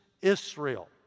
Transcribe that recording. Israel